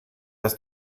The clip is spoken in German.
das